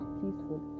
peaceful